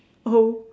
oh